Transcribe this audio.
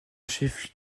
chef